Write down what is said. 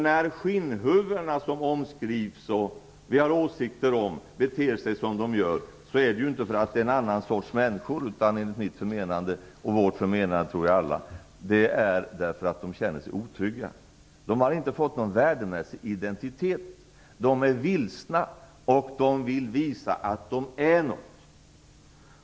När skinnhuvudena som omskrivs och som vi har åsikter om beter sig som de gör är det inte därför att de är en annan sorts människor utan - enligt mitt och väl allas vårt förmenande - därför att de känner sig otrygga. De har inte fått någon värdemässig identitet. De är vilsna, och de vill visa att de är något.